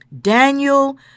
Daniel